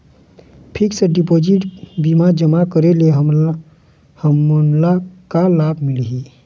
Fix deposit बीमा करे ले हमनला का लाभ मिलेल?